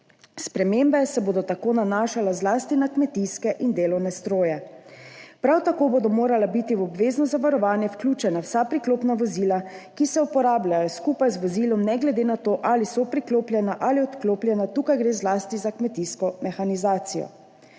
Spremembe se bodo tako nanašale zlasti na kmetijske in delovne stroje. Prav tako bodo morala biti v obvezno zavarovanje vključena vsa priklopna vozila, ki se uporabljajo skupaj z vozilom, ne glede na to, ali so priklopljena ali odklopljena, tukaj gre zlasti za kmetijsko mehanizacijo.